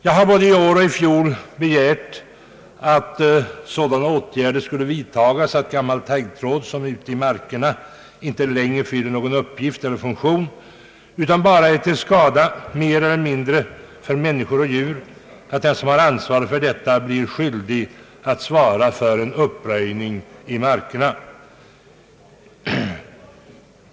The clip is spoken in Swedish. Jag har både i år och i fjol begärt att sådana åtgärder skulle vidtagas beträffande eventuell taggtråd ute i markerna som inte längre fyller någon funktion utan bara är mer eller mindre till skada för människor och djur, att de som har ansvaret blir skyldiga att svara för en uppröjning i markerna.